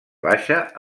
baixa